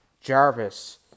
Jarvis